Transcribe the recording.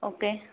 okay